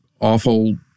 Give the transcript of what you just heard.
awful